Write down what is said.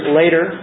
later